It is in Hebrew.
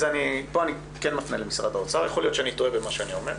ופה אני כן מפנה למשרד האוצר ויכול להיות שאני טועה במה שאני אומר.